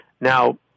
Now